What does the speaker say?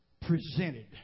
presented